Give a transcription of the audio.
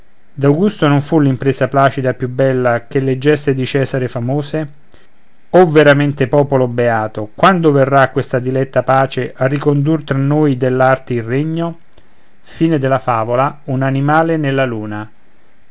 d'augusto non fu l'impresa placida più bella che le geste di cesare famose o veramente popolo beato quando verrà questa diletta pace a ricondur tra noi dell'arti il regno i